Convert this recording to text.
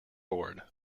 board